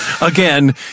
Again